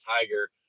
tiger